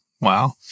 Wow